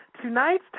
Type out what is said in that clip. tonight's